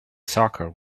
soccer